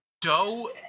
dough